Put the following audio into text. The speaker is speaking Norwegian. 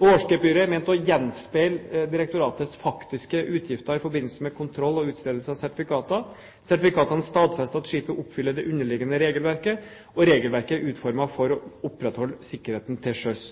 Årsgebyret er ment å gjenspeile direktoratets faktiske utgifter i forbindelse med kontroll og utstedelse av sertifikater. Sertifikatene stadfester at skipet oppfyller det underliggende regelverket. Regelverket er utformet for å opprettholde sikkerheten til sjøs.